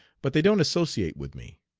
but they don't associate with me.